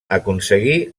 aconseguí